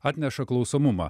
atneša klausomumą